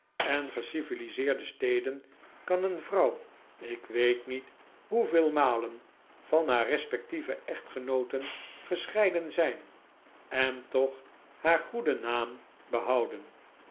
en geciviliseerde steden kan een vrouw ik weet niet hoeveel malen van haar respectieve echtgenooten gescheiden zijn en toch haar goeden naam behouden